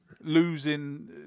losing